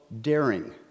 daring